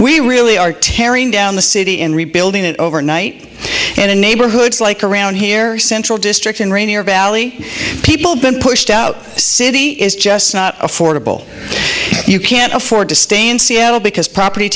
we really are tearing down the city and rebuilding it overnight and in neighborhoods like around here central district and rainier valley people been pushed out city is just not affordable you can't afford to stay in seattle because property